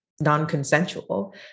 non-consensual